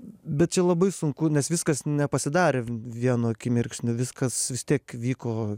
bet čia labai sunku nes viskas nepasidarė vienu akimirksniu viskas vis tiek vyko